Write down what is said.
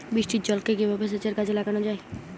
বৃষ্টির জলকে কিভাবে সেচের কাজে লাগানো যায়?